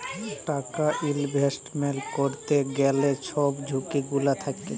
টাকা ইলভেস্টমেল্ট ক্যইরতে গ্যালে ছব ঝুঁকি গুলা থ্যাকে